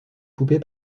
poupée